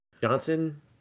Johnson